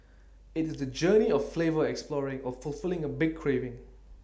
IT is the journey of flavor exploring or fulfilling A big craving